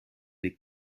les